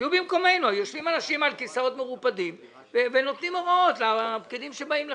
יושבים אנשים על כסאות מרופדים ונותנים הוראות לפקידים שבאים לכאן.